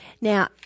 Now